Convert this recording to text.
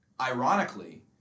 ironically